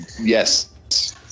Yes